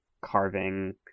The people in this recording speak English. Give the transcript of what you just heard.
carving